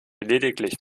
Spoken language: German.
lediglich